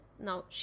Now